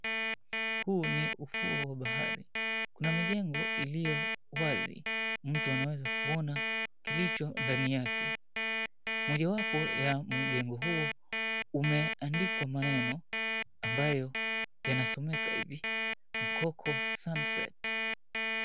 Huu ni ufuo wa bahari. Kuna mijengo iliyo wazi, mtu anaweza kuona kilicho ndani yake. Mojawapo ya mjengo huo umeandikwa maneno ambayo yanasomeka hivi 'Mkoko sunset'.